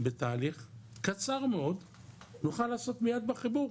בתהליך קצר מאוד שנוכל לעשות מיד את החיבור,